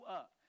up